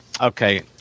okay